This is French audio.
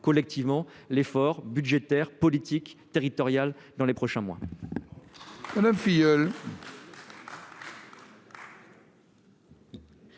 concentrer l'effort budgétaire, politique et territorial, dans les prochains mois,